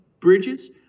Bridges